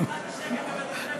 נשחק פה במשחק השקט,